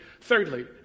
Thirdly